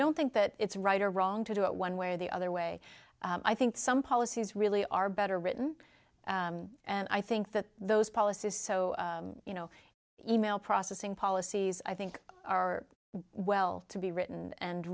don't think that it's right or wrong to do it one way or the other way i think some policies really are better written and i think that those policies so you know email processing policies i think are well to be written and